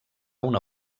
una